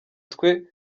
twe